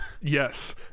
Yes